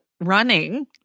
running